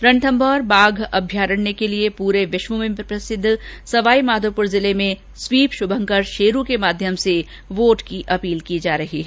रणथंभौर बाघ अभ्यारण्य के लिए प्रेर विश्व में प्रसिद्ध सवाईमाधोपुर जिले में स्वीप शुभंकर शेरू के माध्यम से वोट अपील की जा रही है